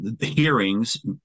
hearings